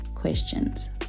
questions